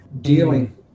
dealing